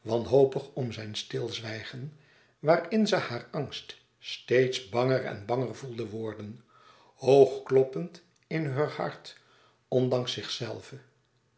wanhopig om zijn stilzwijgen waarin ze haar angst steeds banger en banger voelde worden hoog kloppend in heur hart ondanks zichzelve